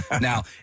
Now